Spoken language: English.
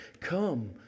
Come